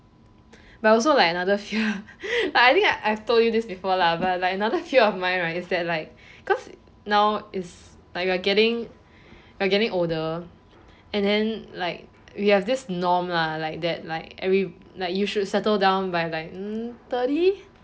but also like another fear like I think I've told you this before lah but like another fear of mine right is that like cause now is like we are getting we are getting older and then like we have this norm lah like that like every like you should settle down by like um thirty